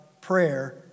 prayer